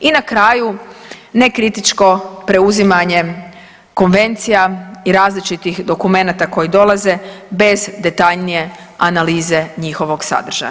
I na kraju nekritičko preuzimanje konvencija i različitih dokumenata koji dolaze bez detaljnije analize njihovog sadržaja.